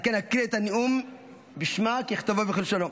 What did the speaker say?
על כן אקריא את הנאום בשמה ככתבו וכלשונו: